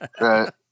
Right